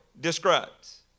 describes